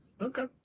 Okay